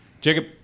Jacob